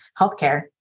healthcare